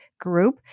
group